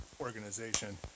organization